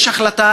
יש החלטה,